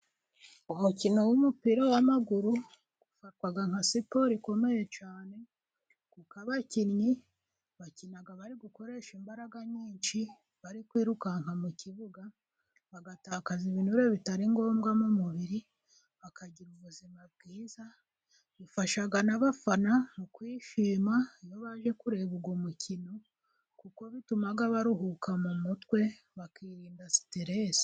Umukino w'umupira w'amaguru ufatwa nka siporo ikomeye cyane, kuko abakinnyi bakina bari gukoresha imbaraga nyinshi, bari kwirukanka mu kibuga, bagatakaza ibure bitari ngombwa mu umubiri, bakagira ubuzima bwiza, bifasha n'abafana mu kwishima, iyo baje kureba uwo mukino, kuko bitumaga baruhuka mu mutwe, bakirinda siteresi.